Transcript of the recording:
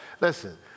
Listen